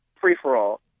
free-for-all